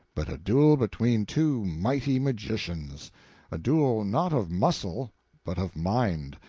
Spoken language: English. but a duel between two mighty magicians a duel not of muscle but of mind,